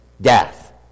death